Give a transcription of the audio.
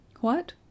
What